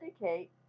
indicate